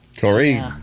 Corey